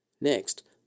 Next